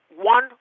one